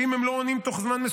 שאם הם לא עונים תוך זמן,